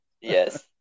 yes